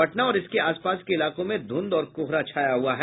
पटना और इसके आसपास के इलाकों में धूंध और कोहरा छाया हुआ है